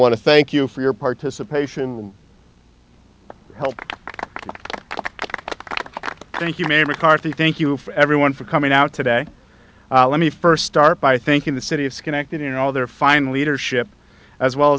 want to thank you for your participation help thank you maybe carthy thank you for everyone for coming out today let me first start by thanking the city of schenectady and all their fine leadership as well